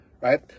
Right